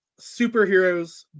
superheroes